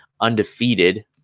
undefeated